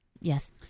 Yes